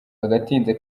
agatinze